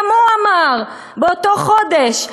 גם הוא אמר באותו חודש,